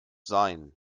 sein